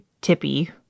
Tippy